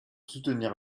soutenir